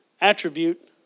attribute